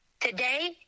Today